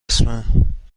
اسم